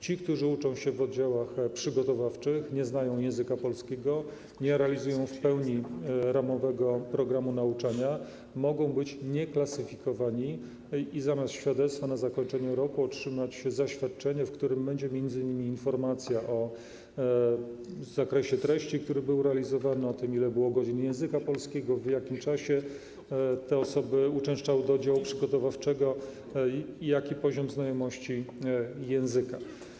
Ci, którzy uczą się w oddziałach przygotowawczych, nie znają języka polskiego, nie realizują w pełni ramowego programu nauczania, mogą być nieklasyfikowani i zamiast świadectwa na zakończenie roku mogą otrzymać zaświadczenie, w którym będzie m.in. informacja o zakresie treści, który był realizowany, o tym, ile było godzin języka polskiego, w jakim czasie te osoby uczęszczały do oddziału przygotowawczego i jaki jest poziom ich znajomości języka.